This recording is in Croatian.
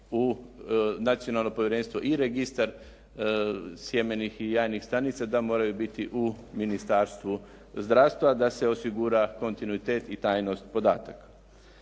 u nacionalno povjerenstvo i registar sjemenih i jajnih stanica da moraju biti u Ministarstvu zdravstva da se osigura kontinuitet i tajnost podataka.